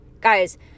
Guys